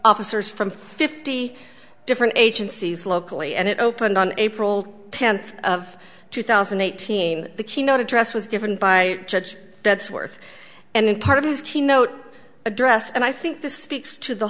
officers from fifty different agencies locally and it opened on april tenth of two thousand and eighteen the keynote address was given by judge that's worth and part of his keynote address and i think this speaks to the